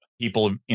people